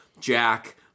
Jack